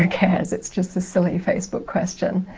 who cares? it's just a silly facebook question.